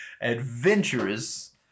adventurous